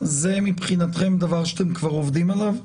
זה מבחינתכם דבר שאתם כבר עובדים עליו?